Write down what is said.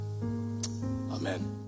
Amen